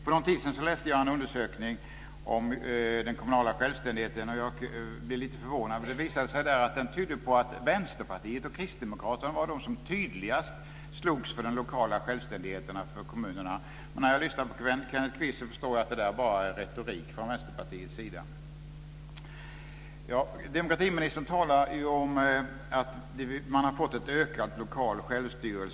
För en tid sedan läste jag en undersökning om den kommunala självständigheten, och jag blev lite förvånad. Det visade sig där att den tydde på att Vänsterpartiet och Kristdemokraterna tydligast slogs för den lokala självständigheten för kommunerna. Men när jag lyssnar på Kenneth Kvist så förstår jag att det bara är retorik från Vänsterpartiets sida. Demokratiministern talar ju om att man har fått ökad lokal självstyrelse.